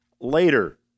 later